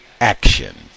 action